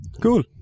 Cool